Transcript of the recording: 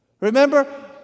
Remember